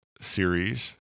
series